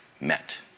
met